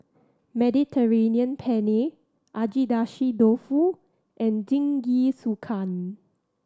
Mediterranean Penne Agedashi Dofu and Jingisukan